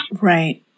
right